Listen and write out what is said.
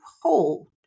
hold